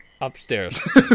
upstairs